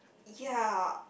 ya